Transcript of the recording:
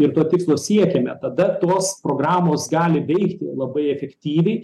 ir to tikslo siekiame tada tos programos gali veikti labai efektyviai